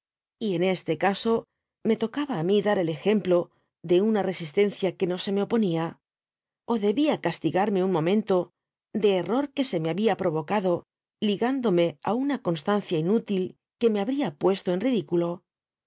y en este caso me tocaba á mi dar el ejemplo de una resistencia que no se me oponia ó debía castigarme un momento de error que se mf había provocado ligándome á una ootu tancia inútü qae me habría puesto en ridiculo